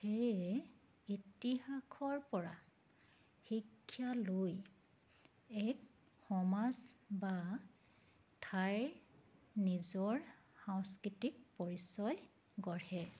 সেয়ে ইতিহাসৰ পৰা শিক্ষা লৈ এক সমাজ বা ঠাইৰ নিজৰ সাংস্কৃতিক পৰিচয় গঢ়ে